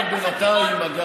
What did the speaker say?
אדם שמשפחתו נמצאת בחקירות,